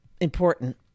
important